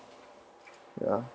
ya